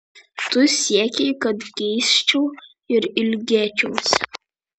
tu siekei kad geisčiau ir ilgėčiausi